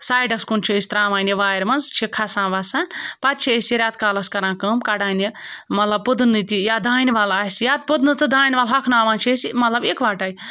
سایڈَس کُن چھِ أسۍ ترٛاوان یہِ وارِ منٛز چھِ کھَسان وَسان پَتہٕ چھِ أسۍ یہِ رٮ۪تہٕ کالَس کَران کٲم کَڑان یہِ مطلب پُدنہٕ تہِ یا دانہِ وَل آسہِ یا پُدنہٕ تہٕ دانہِ وَل ہۄکھناوان چھِ أسۍ یہِ مطلب اِکوَٹَے